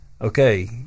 okay